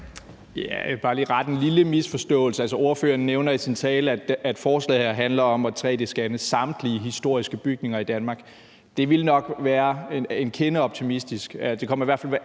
vil bare lige rette en lille misforståelse. Altså, ordføreren nævner i sin tale, at forslaget her handler om at tre-d-scanne samtlige historiske bygninger i Danmark. Det ville nok være en kende optimistisk